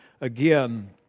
again